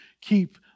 keep